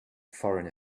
foreign